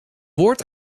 woord